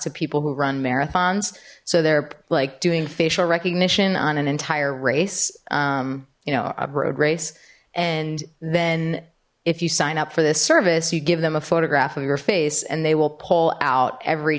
to people who run marathons so they're like doing facial recognition on an entire race you know a road race and then if you sign up for this service you give them a photograph of your face and they will pull out every